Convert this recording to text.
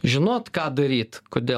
žinot ką daryt kodėl